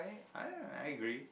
I I agree